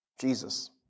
Jesus